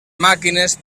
màquines